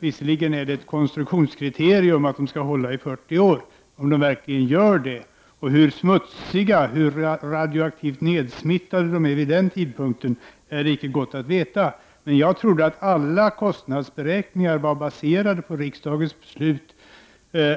Visserligen är det ett konstruktionskriterium att de skall hålla i 40 år, men om de verkligen gör det samt hur smutsiga och radioaktivt nedsmittade de är vid den tidpunkten är det inte gott att veta. Jag trodde att alla kostnadsberäkningar var baserade på riksdagens beslut